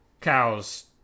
cow's